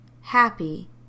happy